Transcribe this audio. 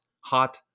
hot